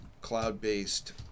cloud-based